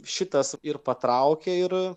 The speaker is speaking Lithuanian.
šitas ir patraukė ir